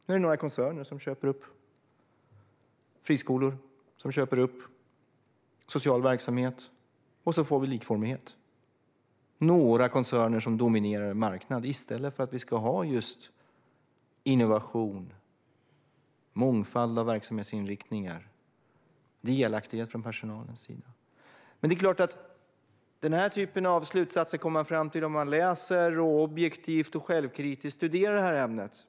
Nu är det några koncerner som köper upp friskolor och social verksamhet, och så får vi likformighet. Det blir några koncerner som dominerar en marknad i stället för just innovation, en mångfald av verksamhetsinriktningar och delaktighet från personalens sida. Denna typ av slutsatser kommer man fram till om man läser och objektivt och självkritiskt studerar ämnet.